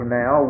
now